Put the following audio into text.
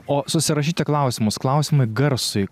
o susirašyti klausimus klausimai garsui